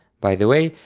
by the way,